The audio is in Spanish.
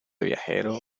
viajero